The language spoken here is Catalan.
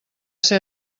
ser